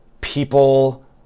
people